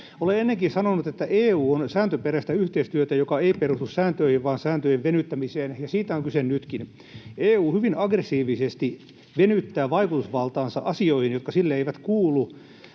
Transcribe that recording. Olen ennenkin sanonut, että EU on sääntöperäistä yhteistyötä, joka ei perustu sääntöihin vaan sääntöjen venyttämiseen, ja siitä on kyse nytkin. EU hyvin aggressiivisesti venyttää vaikutusvaltaansa asioihin, jotka sille eivät kuulu,